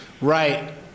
Right